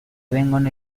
vengono